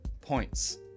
points